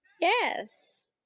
Yes